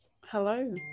Hello